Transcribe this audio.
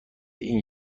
این